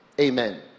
Amen